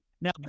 Now